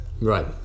Right